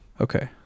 Okay